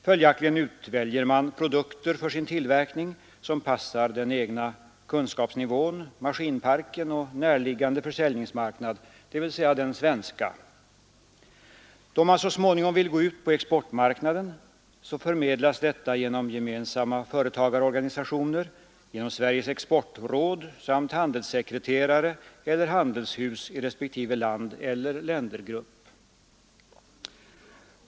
Följaktligen utväljer man för sin tillverkning produkter som passar den egna kunskapsnivån, maskinparken och närliggande försäljningsmarknad, dvs. den svenska. Då man så småningom vill gå ut på exportmarknaden förmedlas detta genom gemensamma företagarorganisationer, genom Sveriges exportråd samt genom handelssekreterare eller handelshus i respektive land eller ländergrupp.